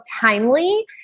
timely